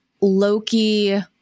Loki